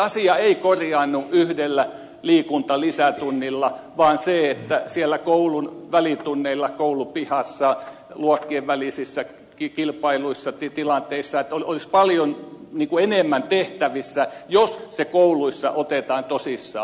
asia ei korjaannu yhdellä liikuntalisätunnilla vaan siellä koulun välitunneilla koulun pihalla luokkien välisissä kilpailuissa tilanteissa olisi paljon enemmän tehtävissä jos se kouluissa otetaan tosissaan